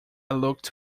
looked